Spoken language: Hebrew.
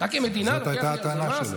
אתה כמדינה לוקח לי על זה מס?